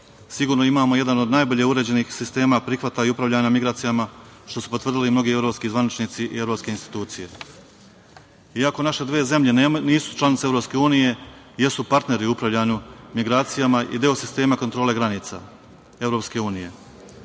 Sigurno imamo jedan od najbolje uređenih sistema prihvatanja i upravljanja migracijama što su potvrdili mnogi evropski zvaničnici i evropske institucije. Iako naše dve zemlje nisu članice EU jesu partneri u upravljanju migracijama i deo sistema kontrole granica EU.